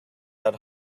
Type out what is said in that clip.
had